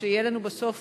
ושתהיה לנו בסוף